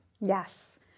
Yes